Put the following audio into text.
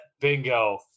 Bingo